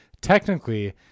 Technically